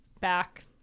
back